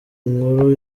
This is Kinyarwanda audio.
inkuru